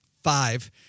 five